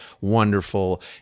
wonderful